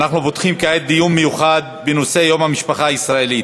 אנחנו פותחים כעת דיון מיוחד בנושא: ציון יום המשפחה הישראלית,